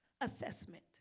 assessment